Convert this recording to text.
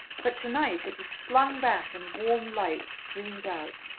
but tonight it was flung back and warm light streamed out.